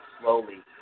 slowly